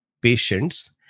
patients